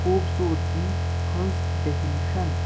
خوبصوٗرتی ہٕنٛز ڈیفنشَن